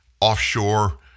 offshore